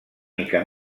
mica